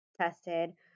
tested